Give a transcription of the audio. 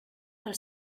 pel